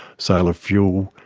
sale of fuel,